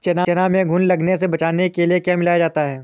चना में घुन लगने से बचाने के लिए क्या मिलाया जाता है?